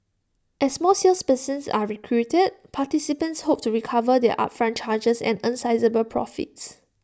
as more salespersons are recruited participants hope to recover their upfront charges and earn sizeable profits